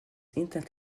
internet